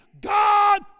God